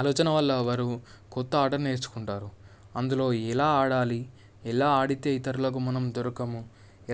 ఆలోచన వల్ల వారు కొత్త ఆటను నేర్చుకుంటారు అందులో ఎలా ఆడాలి ఎలా ఆడితే ఇతరులకు మనము దొరకము